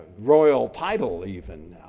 royal title even,